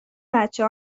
بچه